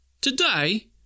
To-day